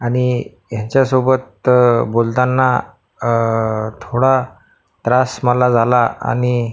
आणि ह्याच्यासोबत बोलताना थोडा त्रास मला झाला आणि